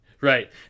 Right